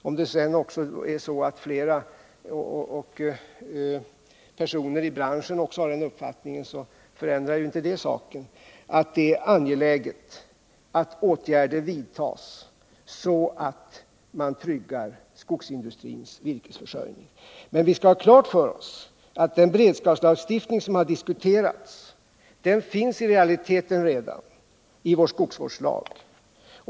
Om det sedan ocks är så, att flera personer i branschen har samma uppfattning, förändrar ju inte det saken — att det är angeläget att åtgärder vidtas för att trygga sko; Men vi skall ha klart för oss att den beredskapslagstiftning som har diskuterats i realiteten redan finns i vår skogsvårdslag.